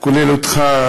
כולל לך,